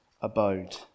abode